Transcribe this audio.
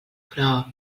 però